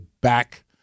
back